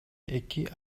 эки